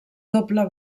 doble